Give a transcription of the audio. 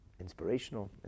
inspirational